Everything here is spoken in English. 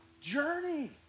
journey